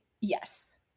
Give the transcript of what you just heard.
yes